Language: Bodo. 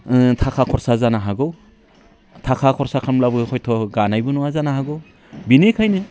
थाखा खरसा जानो हागौ थाखा खरसा खालामब्लाबो हयथ' गानायबो नङा जानो हागौ बिनिखायनो